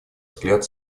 взгляд